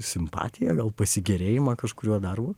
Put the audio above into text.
simpatiją gal pasigėrėjimą kažkuriuo darbu